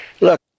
Look